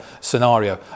scenario